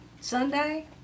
Sunday